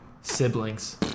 Siblings